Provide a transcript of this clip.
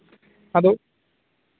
ᱟᱫᱚ